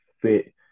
fit